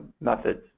methods